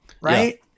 right